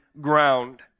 ground